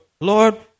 Lord